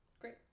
Great